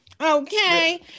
Okay